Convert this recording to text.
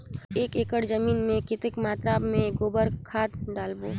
एक एकड़ जमीन मे कतेक मात्रा मे गोबर खाद डालबो?